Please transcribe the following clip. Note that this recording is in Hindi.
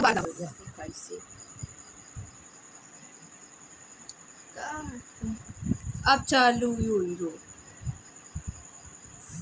क्या मैं अपने बेटे की पढ़ाई के लिए लोंन ले सकता हूं?